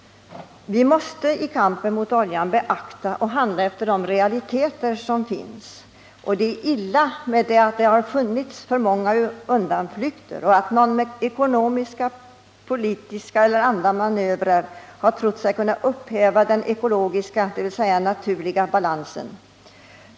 I kampen mot oljan måste vi beakta och handla efter de realiteter som finns. Det är illa nog att det funnits så många undanflykter och att någon med ekonomiska, politiska eller andra manövrer har trott sig kunna upphäva den ekologiska balansen, dvs. naturens balans.